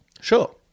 Sure